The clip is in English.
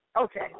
Okay